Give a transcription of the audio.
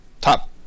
top